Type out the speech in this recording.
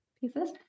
pieces